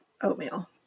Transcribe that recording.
oatmeal